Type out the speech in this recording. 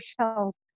shells